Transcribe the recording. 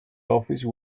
office